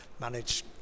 manage